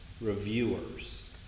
reviewers